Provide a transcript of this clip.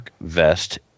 vest